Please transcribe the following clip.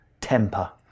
temper